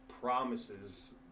promises